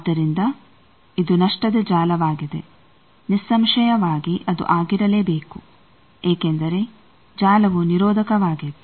ಆದ್ದರಿಂದ ಇದು ನಷ್ಟದ ಜಾಲವಾಗಿದೆ ನಿಸ್ಸಂಶಯವಾಗಿ ಅದು ಆಗಿರಲೇಬೇಕು ಏಕೆಂದರೆ ಜಾಲವು ನಿರೋಧಕವಾಗಿತ್ತು